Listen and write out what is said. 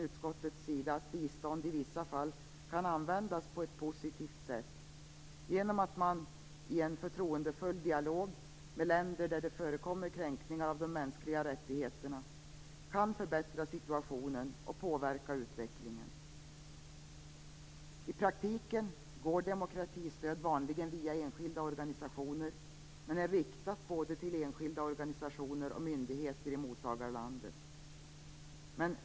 Utskottet anser att bistånd i vissa fall kan användas på ett positivt sätt genom att man i en förtroendefull dialog med länder där det förekommer kränkningar av de mänskliga rättigheterna kan förbättra situationen och påverka utvecklingen. I praktiken går demokratistöd vanligen via enskilda organisationer men är riktat till både enskilda organisationer och myndigheter i mottagarlandet.